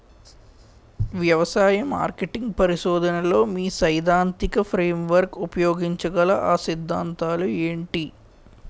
వ్యవసాయ మార్కెటింగ్ పరిశోధనలో మీ సైదాంతిక ఫ్రేమ్వర్క్ ఉపయోగించగల అ సిద్ధాంతాలు ఏంటి?